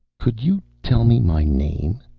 could you tell me my name?